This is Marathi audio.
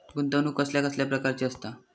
गुंतवणूक कसल्या कसल्या प्रकाराची असता?